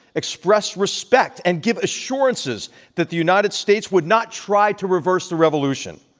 express respect, and give assurances that the united states would not try to reverse the revolution.